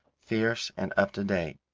fierce and up to date.